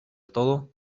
todo